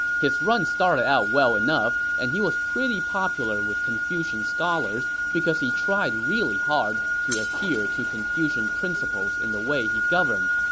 his run started out well enough and he was pretty popular with confucian scholars because he tried really hard to adhere to confucian principles in the way he governed,